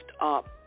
up